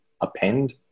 append